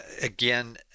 again